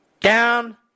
Down